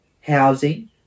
housing